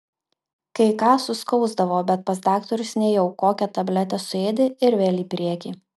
kai ką suskausdavo bet pas daktarus nėjau kokią tabletę suėdi ir vėl į priekį